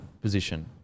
position